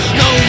no